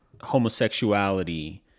homosexuality